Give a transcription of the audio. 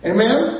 Amen